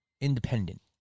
independent